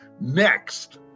Next